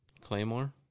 Claymore